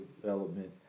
development